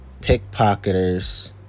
pickpocketers